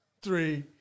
three